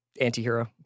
antihero